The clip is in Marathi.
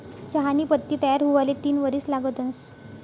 चहानी पत्ती तयार हुवाले तीन वरीस लागतंस